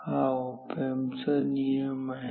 हा op amp चा नियम आहे